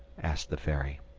asked the fairy.